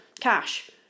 Cash